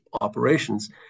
operations